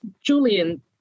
Julian